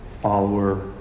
follower